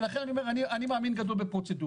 ולכן אני אומר אני מאמין גדול בפרוצדורות.